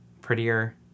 prettier